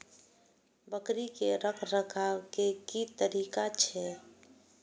बकरी के रखरखाव के कि तरीका छै?